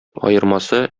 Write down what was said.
аермасы